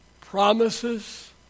Promises